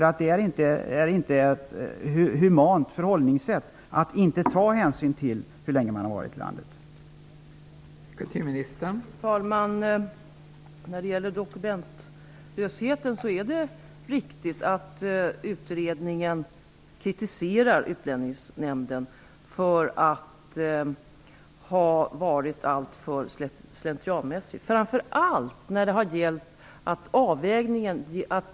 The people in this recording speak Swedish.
Att inte ta hänsyn till hur länge människorna har varit i landet är inte ett humant förhållningssätt.